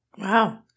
Wow